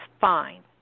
fine